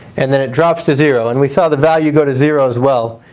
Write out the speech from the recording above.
and then it drops to zero, and we saw the value go to zero as well.